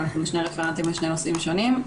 אבל אנחנו שני רפרנטים בשני נושאים שונים.